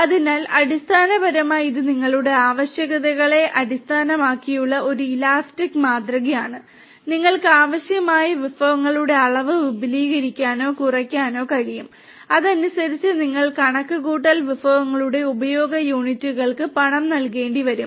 അതിനാൽ അടിസ്ഥാനപരമായി ഇത് നിങ്ങളുടെ ആവശ്യകതകളെ അടിസ്ഥാനമാക്കിയുള്ള ഒരു ഇലാസ്റ്റിക് മാതൃകയാണ് നിങ്ങൾക്ക് ആവശ്യമായ വിഭവങ്ങളുടെ അളവ് വിപുലീകരിക്കാനോ കുറയ്ക്കാനോ കഴിയും അതനുസരിച്ച് നിങ്ങൾ കണക്കുകൂട്ടൽ വിഭവങ്ങളുടെ ഉപയോഗ യൂണിറ്റുകൾക്ക് പണം നൽകേണ്ടിവരും